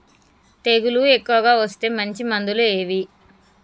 తెగులు ఎక్కువగా వస్తే మంచి మందులు ఏవి?